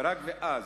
ורק אז,